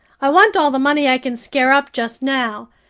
i want all the money i can scare up just now.